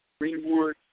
Greenwood